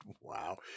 wow